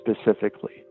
specifically